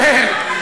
אותו וטוב לי.